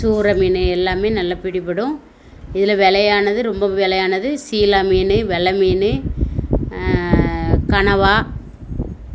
சூர மீன் எல்லாமே நல்ல பிடிப்படும் இதில் விலையானது ரொம்ப விலையானது சீலா மீன் வெல மீன் கனவா